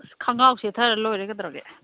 ꯈꯣꯡꯒ꯭ꯔꯥꯎ ꯁꯦꯠꯊꯔꯒ ꯂꯣꯏꯔꯦ ꯀꯩꯗꯧꯔꯒꯦ